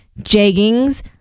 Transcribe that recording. jeggings